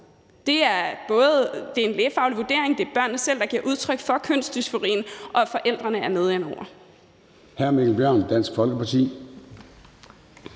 Det beror på en lægefaglig vurdering, og det er børnene selv, der giver udtryk for kønsdysforien, og forældrene er med inde